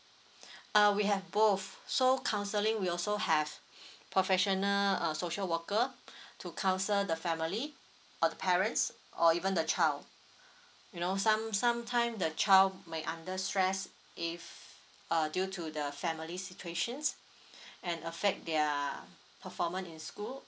uh we have both so counselling we also have professional uh social worker to counsel the family or the parents or even the child you know some some time the child may under stress if uh due to the family situations and affect their performance in school